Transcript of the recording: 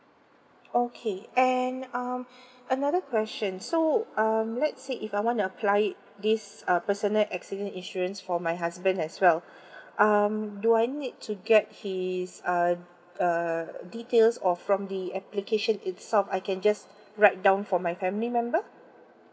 okay and um another question so um let's say if I want to apply it this um personal accident insurance for my husband as well um do I need to get him uh uh details or from the application itself I can just write down for my family member